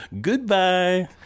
Goodbye